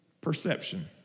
perception